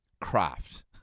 craft